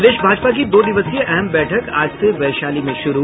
प्रदेश भाजपा की दो दिवसीय अहम बैठक आज से वैशाली में शुरू